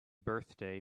birthday